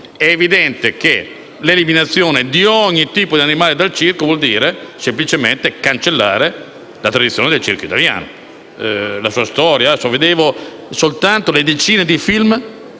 È evidente che l'eliminazione di ogni tipo di animale dal circo vuol dire semplicemente cancellare la tradizione del circo italiano e la sua storia. Pensate soltanto alle decine di film,